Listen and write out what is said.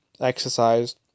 exercise